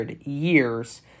years